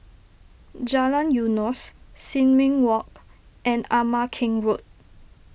Jalan Eunos Sin Ming Walk and Ama Keng Road